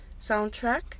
soundtrack